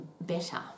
better